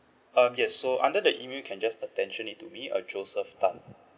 um yes so under the email you can just attention it to me uh joseph tan